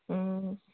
हूं